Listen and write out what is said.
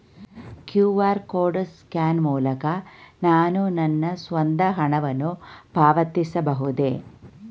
QR code scan ಮೂಲಕ ನಾನು ನನ್ನ ಸ್ವಂತ ಹಣವನ್ನು ಪಾವತಿಸಬಹುದೇ?